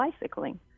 bicycling